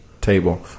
table